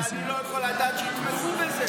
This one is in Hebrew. אבל אני לא יכול לדעת שיתמכו בזה.